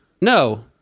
No